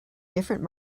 different